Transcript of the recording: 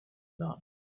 dawn